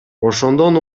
ошондон